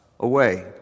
away